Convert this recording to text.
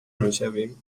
میشویم